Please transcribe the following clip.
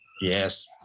yes